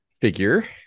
figure